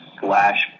slash